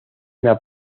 una